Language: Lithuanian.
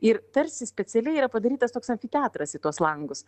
ir tarsi specialiai yra padarytas toks amfiteatras į tuos langus